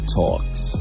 talks